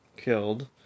killed